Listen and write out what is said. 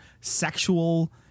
sexual